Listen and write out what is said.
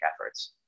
efforts